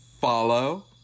Follow